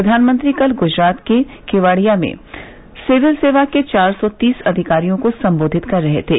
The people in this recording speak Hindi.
प्रधानमंत्री कल गुजरात के केवडियामें सिविल सेवा के चार सौ तीस अधिकारियों को सम्बोधित कर रहे थे